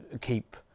keep